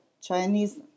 Chinese